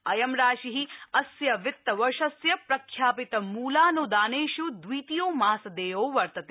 अयं राशि अस्य वित्तवर्षस्य प्रख्यापितमुलानुदानेष् द्वितीयो मासदेयो वर्तते